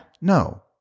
no